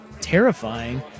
terrifying